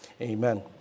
Amen